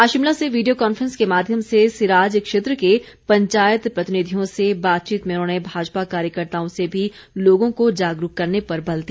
आज शिमला से video conference के माध्यम से सिराज क्षेत्र के पंचायत प्रतिनिधियों से बातचीत में उन्होंने भाजपा कार्यकर्ताओं से भी लोगों को जागरूक करने पर बल दिया